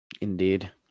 Indeed